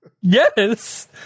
Yes